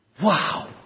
Wow